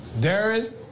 Darren